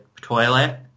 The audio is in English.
toilet